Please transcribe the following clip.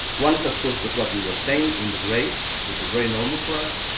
one is of course, that what you were saying in the graves, which is very normal for us.